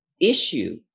issue